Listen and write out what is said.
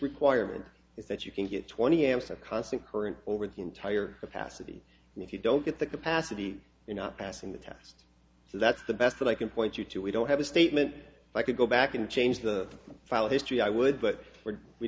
requirement is that you can get twenty amps a constant current over the entire capacity and if you don't get the capacity you're not passing the test so that's the best that i can point you to we don't have a statement i could go back and change the file history i would but we